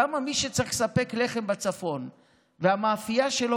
למה מי שצריך לספק לחם בצפון והמאפייה שלו